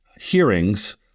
hearings